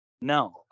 No